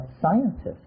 scientists